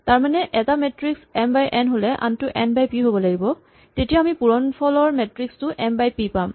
তাৰমানে এটা matrix M by N হ'লে আনটো এন বাই পি হ'ব লাগিব তেতিয়া আমি পূৰণফলৰ মেট্ৰিক্স টো এম বাই পি পাম